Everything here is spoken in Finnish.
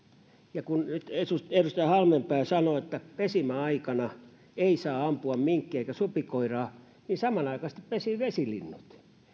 ja kun nyt edustaja halmeenpää sanoo että pesimäaikana ei saa ampua minkkiä eikä supikoiraa niin samanaikaisesti pesivät vesilinnut